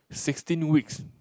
sixteen weeks